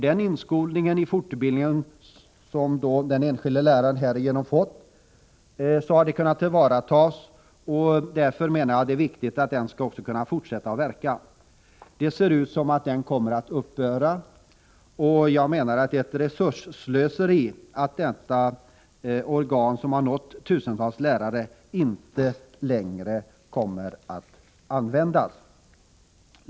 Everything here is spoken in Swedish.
Den inskolning i att fortbilda sig själv som enskilda lärare härigenom har fått måste tillvaratas, och det är därför viktigt att Novisen kan fortsätta att utges. Det ser emellertid ut som om den kommer att upphöra. Det vore ett resursslöseri om detta organ, som har nått tusentals lärare, inte längre kommer att användas.